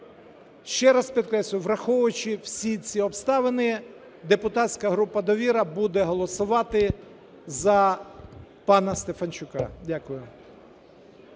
ще раз підкреслюю, враховуючи всі ці обставини, депутатська група "Довіра" буде голосувати за пана Стефанчука. Дякую.